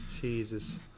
Jesus